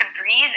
breathe